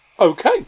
Okay